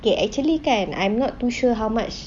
okay actually kan I'm not too sure how much